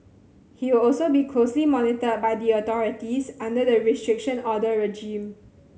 he will also be closely monitored by the authorities under the Restriction Order regime